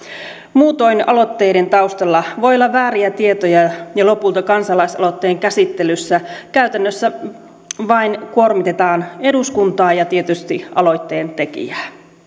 muutoin aloitteiden taustalla voi olla vääriä tietoja ja lopulta kansalaisaloitteen käsittelyssä käytännössä vain kuormitetaan eduskuntaa ja tietysti aloitteen tekijää